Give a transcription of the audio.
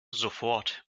sofort